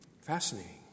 Fascinating